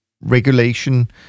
regulation